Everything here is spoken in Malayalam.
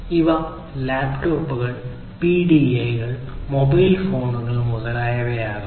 ഇവ ലാപ്ടോപ്പുകൾ പിഡിഎകൾ മൊബൈൽ ഫോണുകൾ മുതലായവ ആകാം